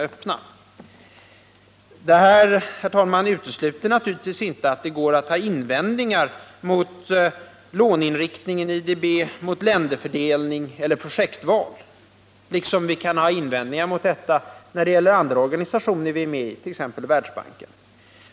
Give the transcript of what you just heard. Herr talman! Detta utesluter naturligtvis inte att det går att rikta invändningar mot låneinriktningen i IDB, mot länderfördelning eller projektval liksom att vi kan ha invändningar på sådana punkter när det gäller andra organisationer som vi är med i, t.ex. Världsbanken.